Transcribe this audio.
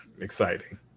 exciting